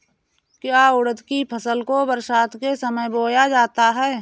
क्या उड़द की फसल को बरसात के समय बोया जाता है?